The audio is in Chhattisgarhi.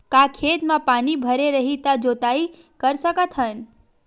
का खेत म पानी भरे रही त जोताई कर सकत हन?